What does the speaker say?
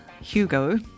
Hugo